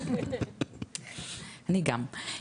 אני גם,